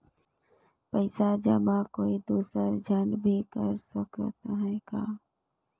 पइसा जमा कोई दुसर झन भी कर सकत त ह का?